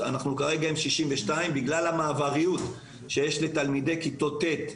כרגע אנחנו עם 62% בגלל המעבר שיש לתלמידי כיתות ט'